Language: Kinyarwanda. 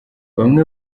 bamwe